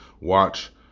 watch